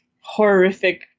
horrific